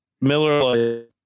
Miller